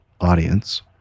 audience